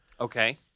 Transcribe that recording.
Okay